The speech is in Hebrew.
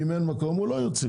אם אין מקום, הוא לא יוציא.